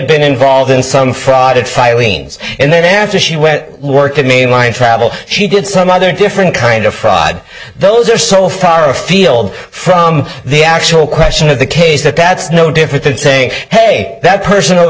been involved in some fraud if eileen's and then after she went to work at mainline travel she did some other different kind of fraud those are so far afield from the actual question of the case that that's no different than saying hey that person over